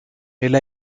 elle